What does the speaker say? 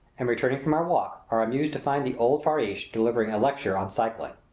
and returning from our walk, are amused to find the old farrash delivering a lecture on cycling.